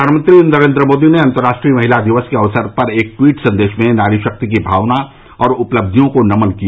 प्रधानमंत्री नरेन्द्र मोदी ने अंतर्राष्ट्रीय महिला दिवस के अवसर पर एक ट्वीट संदेश में नारी शक्ति की भावना और उपलबियों को नमन किया